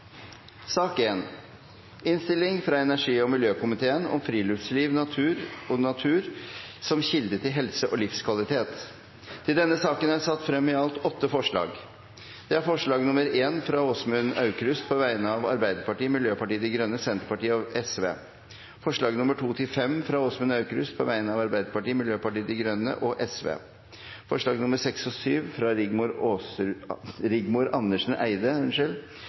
er det satt frem i alt åtte forslag. Det er forslag nr. 1, fra Åsmund Aukrust på vegne av Arbeiderpartiet, Senterpartiet, Sosialistisk Venstreparti og Miljøpartiet De Grønne forslagene nr. 2–5, fra Åsmund Aukrust på vegne av Arbeiderpartiet, Sosialistisk Venstreparti og Miljøpartiet De Grønne forslagene nr. 6 og 7, fra Rigmor Andersen Eide på vegne av Kristelig Folkeparti, Venstre, Sosialistisk Venstreparti og Miljøpartiet De Grønne forslag nr. 8, fra